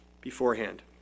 beforehand